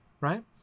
right